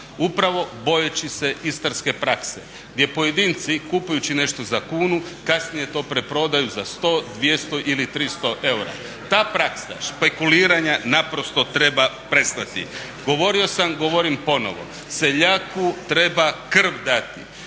Upravo bojeći se istarske prakse gdje pojedinci kupujući nešto za kunu kasnije to preprodaju za 100, 200 ili 300 eura. Ta praksa špekuliranja naprosto treba prestati. Govorio sam i govorim ponovno seljaku treba krv dati,